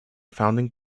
founding